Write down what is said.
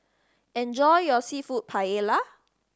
enjoy your Seafood Paella